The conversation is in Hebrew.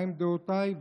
מהן דעותיי.